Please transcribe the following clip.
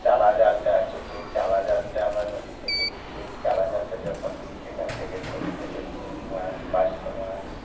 চালা জালটা আছে সেই চালা জালটা আমরা নদীতে ফেলি সেই চালা জালটা যখন দিই সেখান থেকে ছোটো ছোটো চিংড়ি মাছ পার্শে মাছ